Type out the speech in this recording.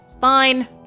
Fine